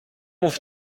mów